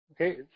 Okay